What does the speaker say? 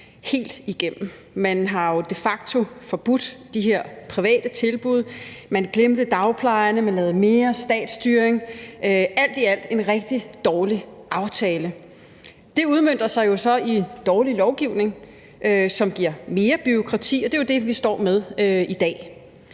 helt igennem. Man har jo de facto forbudt de her private tilbud, man glemte dagplejen, men lavede mere statsstyring, alt i alt en rigtig dårlig aftale. Det udmønter sig så i dårlig lovgivning, som giver mere bureaukrati, og det er jo det, vi står med i dag.